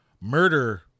murder